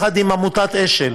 יחד עם עמותת "אשל",